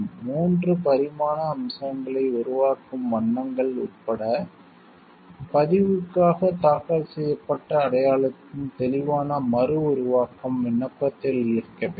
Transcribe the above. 3 பரிமாண அம்சங்களை உருவாக்கும் வண்ணங்கள் உட்பட பதிவுக்காக தாக்கல் செய்யப்பட்ட அடையாளத்தின் தெளிவான மறுஉருவாக்கம் விண்ணப்பத்தில் இருக்க வேண்டும்